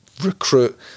recruit